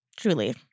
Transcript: truly